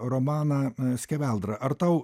romaną skeveldra ar tau